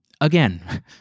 again